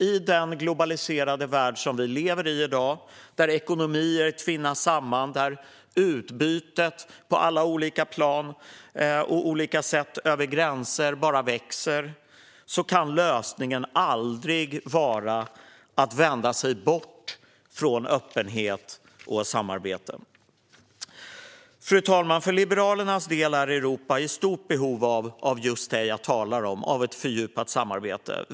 I den globaliserade värld vi i dag lever, där ekonomier tvinnas samman och där utbytet på alla olika plan och olika sätt över gränser bara växer, kan lösningen aldrig vara att vända sig bort ifrån öppenhet och samarbete. Fru talman! För Liberalernas del är Europa i stort behov av just det jag talar om, alltså ett fördjupat samarbete.